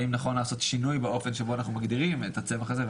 והאם נכון לעשות שינוי באופן שבו אנחנו מגדירים את הצמח הזה.